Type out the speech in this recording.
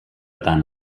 tant